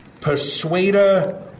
persuader